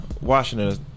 Washington